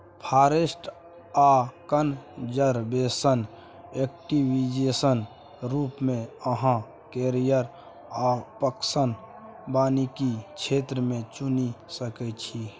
forest आ conservation technician रुप मे अहाँ कैरियर आप्शन बानिकी क्षेत्र मे चुनि सकै छी